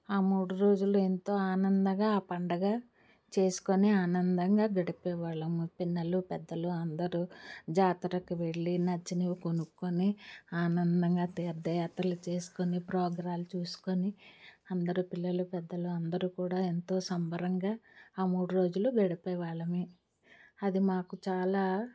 ఆ మూడు రోజులు ఎంతో ఆనందంగా ఆ పండుగ చేసుకొని ఆనందంగా గడిపే వాళ్ళము పిన్నలు పెద్దలు అందరూ జాతరకి వెళ్ళి నచ్చినవి కొనుక్కొని అందరూ ఆనందంగా తీర్థయాత్రలు చేసుకొని ప్రోగ్రాంలు చూసుకుని అందరూ పెద్దలు పిల్లలు అందరూ కూడా ఎంతో సంబరంగా ఆ మూడు రోజులు గడిపే వాళ్ళమే అది మాకు చాలా